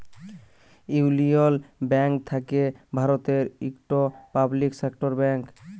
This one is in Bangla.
ইউলিয়ল ব্যাংক থ্যাকে ভারতের ইকট পাবলিক সেক্টর ব্যাংক